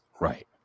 Right